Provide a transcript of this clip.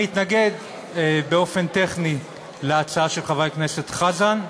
אני אתנגד באופן טכני להצעה של חבר הכנסת חזן.